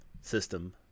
system